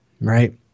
right